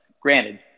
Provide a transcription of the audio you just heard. granted